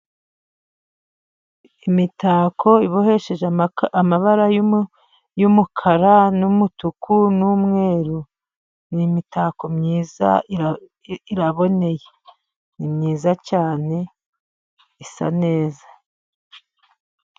Imitako ibohesheje amabara y'umukara, n'umutuku, n'umweru. Ni imitako myiza iraboneye. Ni myiza cyane, isa neza.